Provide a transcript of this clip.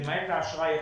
למעט האשראי הצרכני,